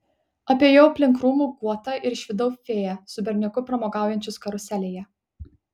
apėjau aplink krūmų guotą ir išvydau fėją su berniuku pramogaujančius karuselėje